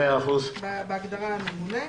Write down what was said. בסדר.